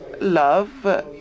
love